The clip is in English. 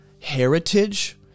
heritage